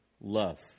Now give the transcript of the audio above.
Love